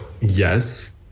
Yes